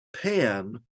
pan